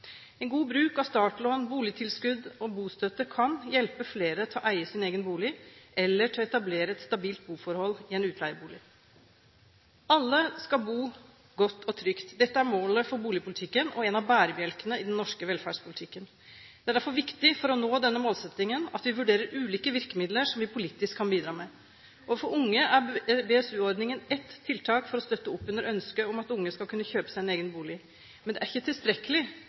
En god bruk av startlån, boligtilskudd og bostøtte kan hjelpe flere til å eie sin egen bolig eller til å etablere et stabilt boforhold i en utleiebolig. Alle skal bo godt og trygt. Dette er målet for boligpolitikken og en av bærebjelkene i den norske velferdspolitikken. Det er derfor viktig for å nå denne målsettingen at vi vurderer ulike virkemidler som vi politisk kan bidra med. BSU-ordningen er ett tiltak for å støtte opp under ønsket om at unge skal kunne kjøpe seg en egen bolig, men det er ikke tilstrekkelig